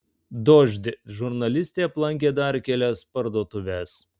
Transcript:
dožd žurnalistė aplankė dar kelias parduotuves